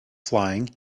flying